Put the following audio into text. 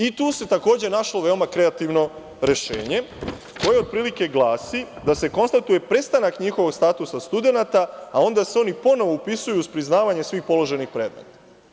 I tu se takođe našlo veoma kreativno rešenje, koje otprilike glasi da se konstatuje prestanak njihovog statusa studenata a onda se oni ponovo upisuju, uz priznavanje svih položenih predmeta.